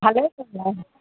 ভালে তেতিয়াহ'লে